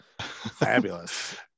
fabulous